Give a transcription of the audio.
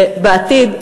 ובעתיד,